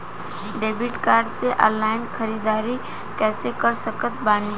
Debit card से online ख़रीदारी कैसे कर सकत बानी?